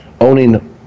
Owning